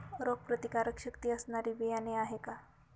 रोगप्रतिकारशक्ती असणारी बियाणे आहे का?